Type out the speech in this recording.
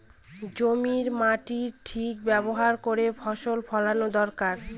জমির মাটির ঠিক ব্যবহার করে ফসল ফলানো দরকার